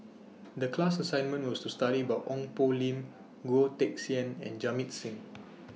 The class assignment was to study about Ong Poh Lim Goh Teck Sian and Jamit Singh